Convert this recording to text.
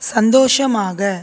சந்தோஷமாக